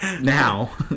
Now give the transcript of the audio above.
Now